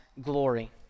glory